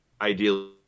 ideally